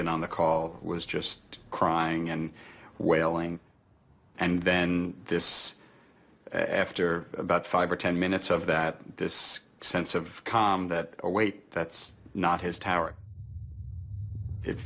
in on the call it was just crying and wailing and then this after about five or ten minutes of that this sense of calm that await that's not his tower it